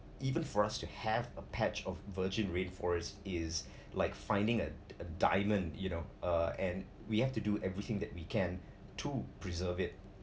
even for us to have a patch of virgin rainforest is like finding a a diamond you know uh and we have to do everything that we can to preserve it